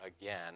again